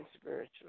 spiritually